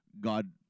God